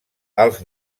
alts